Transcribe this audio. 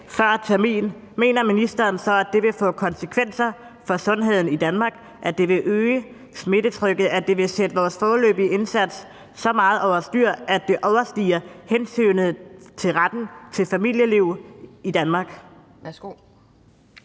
før termin, vil få konsekvenser for sundheden i Danmark, at det vil øge smittetrykket, og at det vil sætte vores foreløbige indsats så meget over styr, at det overstiger hensynet til retten til et familieliv i Danmark?